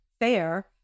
fair